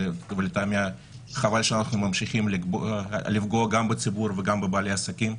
ולטעמי חבל שאנחנו ממשיכים לפגוע גם בציבור וגם בבעלי העסקים.